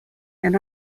and